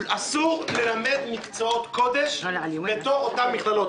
נאמר להם שמהיום אסור ללמד מקצועות קודש בתוך אותן מכללות.